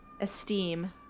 esteem